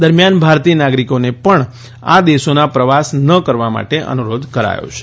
દરમિયાન ભારતીય નાગરિકોને પણ આ દેશોના પ્રવાસ ન કરવા અનુરોધ કરાયો છે